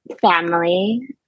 family